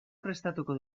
prestatuko